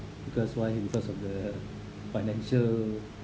because why because of the financial